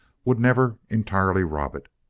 would never entirely rob it.